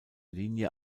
linie